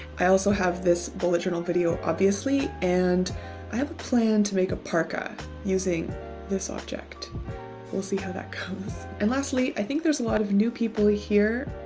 i also have this bullet journal video, obviously, and i have a plan to make a parka using this object we'll see how that comes. and lastly, i think there's a lot of new people here,